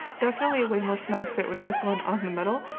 definitely a way more snug fit with this one on the middle.